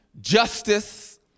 justice